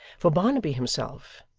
for barnaby himself,